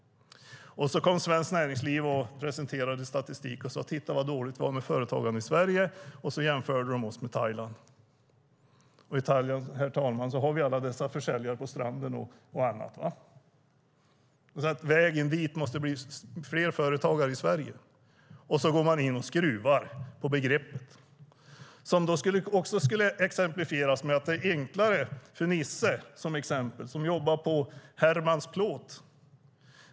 Svenskt Näringsliv presenterade statistisk och sade: Titta vad dåligt det är med företagande i Sverige. Då jämförde de oss med Thailand. I Thailand har vi alla dessa försäljare på stranden och annat. Vägen dit måste bli fler företagare i Sverige, och då går man in och skruvar på begreppet. Det kan exemplifieras med att det skulle bli enklare för Nisse, som jobbar på Hermans plåt.